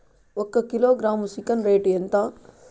ఒక kilogram chicken rate ఎంత?